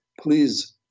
please